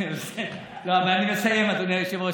לא, אבל אני מסיים, אדוני היושב-ראש.